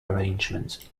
arrangements